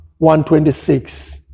126